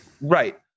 Right